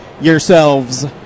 yourselves